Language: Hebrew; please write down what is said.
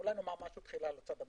נאמר תחילה משהו על הצד המשפטי.